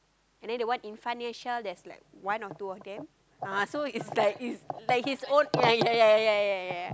and then the one in front near Shell there's like one or two of them so is like like his own ya ya ya ya ya